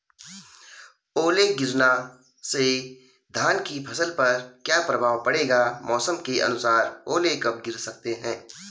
ओले गिरना से धान की फसल पर क्या प्रभाव पड़ेगा मौसम के अनुसार ओले कब गिर सकते हैं?